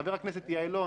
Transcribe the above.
חבר הכנסת יעלון,